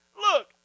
look